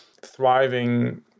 thriving